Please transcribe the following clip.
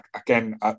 again